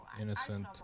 innocent